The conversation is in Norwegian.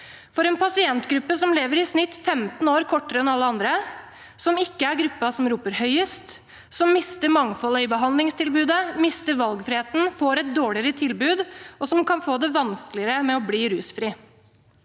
for en pasientgruppe som lever i snitt 15 år kortere enn alle andre, som ikke er gruppen som roper høyest, som mister mangfoldet i behandlingstilbudet, som mister valgfriheten og får et dårligere tilbud, og som kan få det vanskeligere med å bli rusfri.